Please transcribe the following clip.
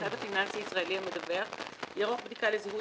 המוסד הפיננסי הישראלי המדווח יערוך בדיקה לזיהוי